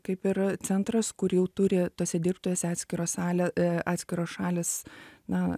kaip ir centras kur jau turi tas įdirbtas atskirą salę atskiros šalys na